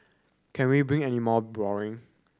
can we been any more boring